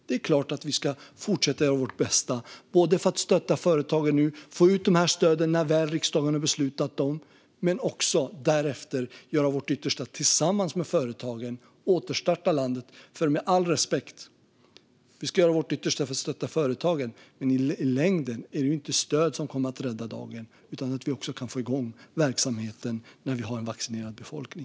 Det är klart att vi ska fortsätta göra vårt bästa för att stötta företagen och få ut stöden när riksdagen väl har beslutat om dem. Därefter behöver vi också göra vårt yttersta tillsammans med företagen för att återstarta landet, för med all respekt: Vi ska göra vårt yttersta för att stötta företagen, men i längden är det inte stöd som kommer att rädda dagen utan att vi kan få igång verksamheten när vi har en vaccinerad befolkning.